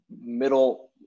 middle